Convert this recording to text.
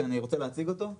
שאני רוצה להציג אותו ברשותך.